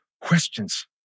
questions